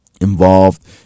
involved